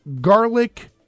garlic